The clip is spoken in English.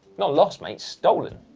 not lost mate, stolen.